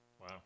Wow